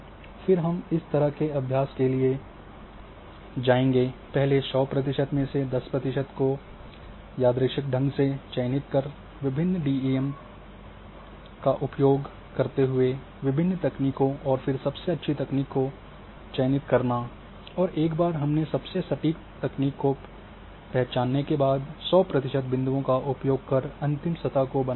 फिर हम इस तरह के अभ्यास के लिए जाएंगे पहले 100 प्रतिशत में से 10 प्रतिशत को यादृच्छिक ढंग से चयनित कर विभिन्न डीईएम का उपयोग करते हुए विभिन्न तकनीकों और फिर सबसे अच्छी तकनीक को चयनित करना और एक बार हमने सबसे सटीक तकनीक को पहचानने के बाद 100 प्रतिशत बिंदुओं का उपयोग कर अंतिम सतह को बनाते हैं